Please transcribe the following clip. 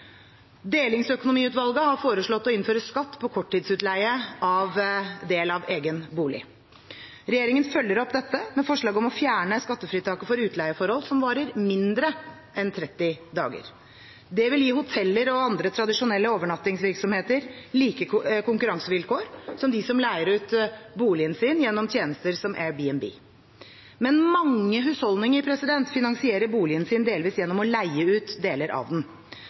Delingsøkonomiutvalget har foreslått å innføre skatt på korttidsutleie av del av egen bolig. Regjeringen følger opp dette med forslag om å fjerne skattefritaket for utleieforhold som varer mindre enn 30 dager. Det vil gi hoteller og andre tradisjonelle overnattingsvirksomheter like konkurransevilkår som de som leier ut boligen sin gjennom tjenester som Airbnb. Men mange husholdninger finansierer boligen sin delvis gjennom å leie ut deler av den.